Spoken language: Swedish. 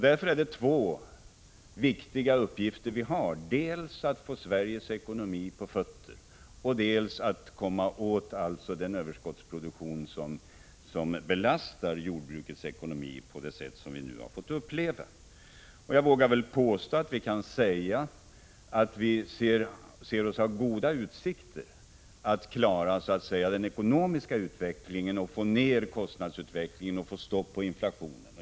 Därför har vi två viktiga uppgifter, dels att få Sveriges ekonomi på fötter, dels att komma åt den överskottsproduktion som belastar jordbrukets ekonomi på det sätt som vi nu har fått uppleva. Jag vågar påstå att vi ser oss ha goda utsikter att klara den ekonomiska utvecklingen, få ned kostnaderna och få stopp på inflationen.